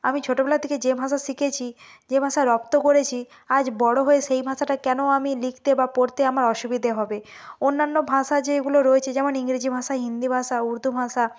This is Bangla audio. আমি ছোটবেলা থেকে যে ভাষা শিখেছি যে ভাষা রপ্ত করেছি আজ বড় হয়ে সেই ভাষাটা কেন আমি লিখতে বা পড়তে আমার অসুবিধে হবে অন্যান্য ভাষা যেগুলো রয়েছে যেমন ইংরেজি ভাষা হিন্দি ভাষা উর্দু ভাষা